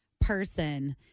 person